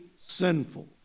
sinful